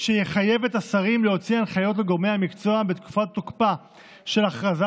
שיחייב את השרים להוציא הנחיות לגורמי המקצוע בתקופת תוקפה של הגבלה